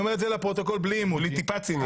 בלי טיפת ציניות.